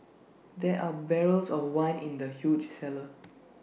there're barrels of wine in the huge cellar